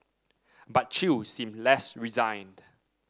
but Chew seemed less resigned